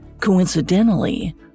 Coincidentally